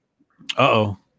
Uh-oh